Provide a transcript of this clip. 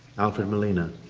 alfred molina.